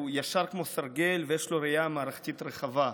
הוא ישר כמו סרגל ויש לו ראייה מערכתית רחבה,